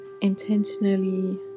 Intentionally